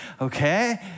okay